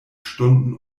stunden